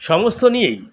সমস্ত নিয়েই